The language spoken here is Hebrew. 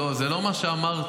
זה לא מה שאמרתי,